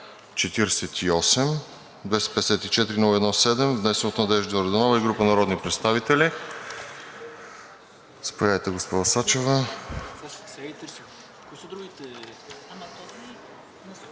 48-254-01-7, внесен от Надежда Йорданова и група народни представители. Заповядайте, госпожо Сачева.